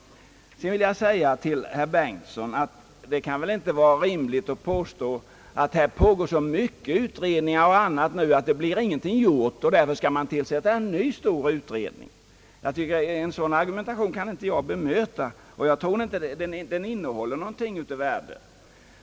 Så vill jag säga till herr Bengtson att det kan väl inte vara rimligt att påstå att det nu pågår så mycket utredningar och dylikt, att ingenting blir gjort och att man därför skall tillsätta en ny stor utredning. En sådan argumentation finns det ingen anledning att bemöta, och jag tror inte den innehåller något av värde.